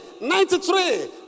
ninety-three